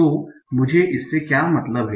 तो मुझे इससे क्या मतलब है